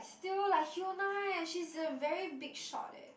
still like hyuna eh she's a very big shot eh